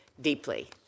deeply